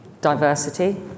diversity